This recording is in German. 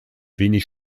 wenig